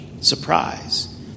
surprise